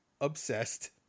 obsessed